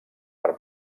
per